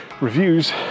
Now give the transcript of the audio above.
reviews